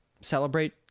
celebrate